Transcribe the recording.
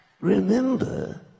remember